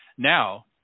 Now